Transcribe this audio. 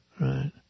right